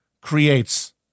creates